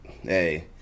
Hey